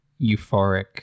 euphoric